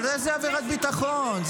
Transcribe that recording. אבל איזה עבירת ביטחון?